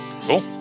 cool